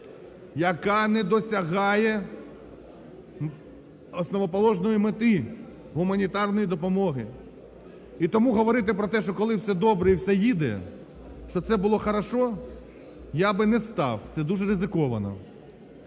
яка не досягає основоположної мети гуманітарної допомоги. І тому говорити про те, що коли все добре і все їде, що це було харашо, я би не став, це дуже ризиковано.